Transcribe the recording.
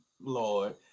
Lord